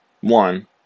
One